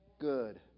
Good